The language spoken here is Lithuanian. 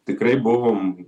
tikrai buvom